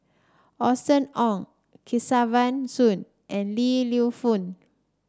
Austen Ong Kesavan Soon and Li Lienfung